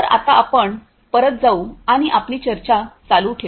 तर आता आपण परत जाऊ आणि आपली चर्चा चालू ठेवू